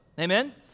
Amen